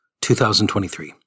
2023